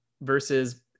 versus